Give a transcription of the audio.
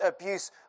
abuse